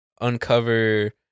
uncover